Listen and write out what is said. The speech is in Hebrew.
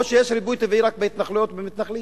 או שיש ריבוי טבעי רק בהתנחלויות ואצל מתנחלים?